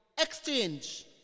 exchange